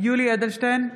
יולי יואל אדלשטיין,